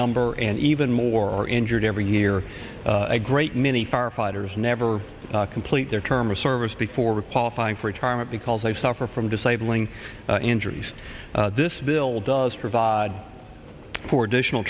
number and even more injured every year a great many firefighters never complete their term of service before qualifying for retirement because they suffer from disabling injuries this bill does provide for additional